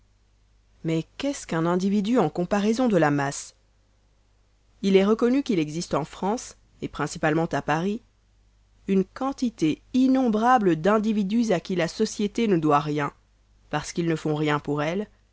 mais qu'est-ce qu'un individu en comparaison de la masse il est reconnu qu'il existe en france et principalement à paris une quantité innombrable d'individus à qui la société ne doit rien parce qu'ils ne font rien pour elle